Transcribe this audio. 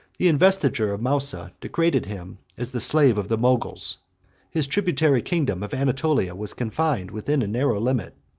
the investiture of mousa degraded him as the slave of the moguls his tributary kingdom of anatolia was confined within a narrow limit,